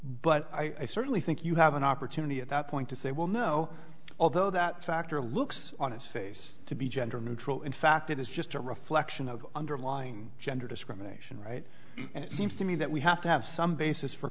but i certainly think you have an opportunity at that point to say well no although that factor looks on its face to be gender neutral in fact it is just a reflection of underlying gender discrimination right and it seems to me that we have to have some basis for